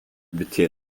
beter